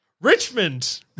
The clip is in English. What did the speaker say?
Richmond